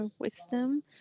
wisdom